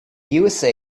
usa